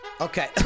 Okay